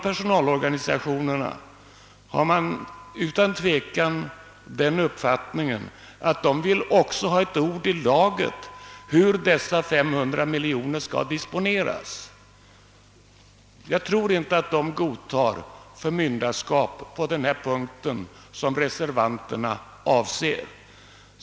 Personalorganisationerna vill ha ett ord med i laget beträffande hur dessa 500 miljoner kronor skall disponeras. Jag tror inte att de godtar ett sådant förmyndarskap på denna punkt som reservanterna avser.